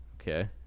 Okay